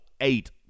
eight